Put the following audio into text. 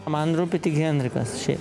man rūpi tik henrikas ši